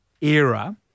era